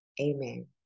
amen